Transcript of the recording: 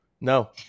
No